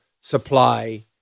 supply